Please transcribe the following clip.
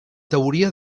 teoria